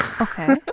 Okay